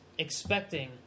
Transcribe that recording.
expecting